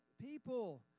people